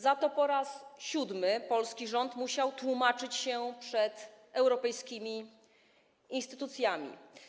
Za to po raz siódmy polski rząd musiał tłumaczyć się przed europejskimi instytucjami.